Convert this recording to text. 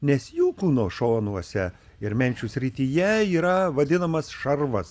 nes jų kūno šonuose ir menčių srityje yra vadinamas šarvas